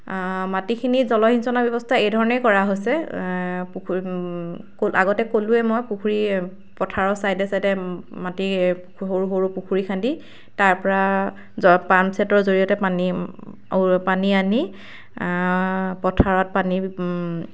মাটিখিনি জলসিঞ্চৰ ব্যৱস্থা এইধৰণে কৰা হৈছে পুখুৰী আগতে ক'লোঁৱে মই পুখুৰী পথাৰৰ ছাইডে ছাইডে মাটি সৰু সৰু পুখুৰী খান্দি তাৰ পৰা জ পাম্প ছেটৰ জৰিয়তে পানী পানী আনি পথাৰত পানী